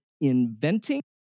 Inventing